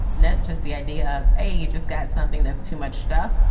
not just the idea of a you just got something that's too much stuff.